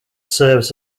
serves